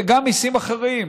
וגם מיסים אחרים.